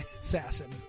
Assassin